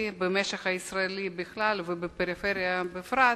במשק הישראלי בכלל ובפריפריה בפרט,